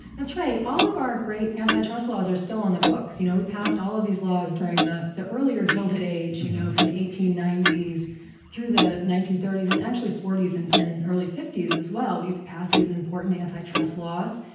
that's right. all of our great anti-trust laws are still on the books. you know we passed all of these laws during the the earlier gilded age you know from the eighteen ninety s through the nineteen thirty s, and actually forty s and and early fifty s as well. we passed these important anti-trust laws.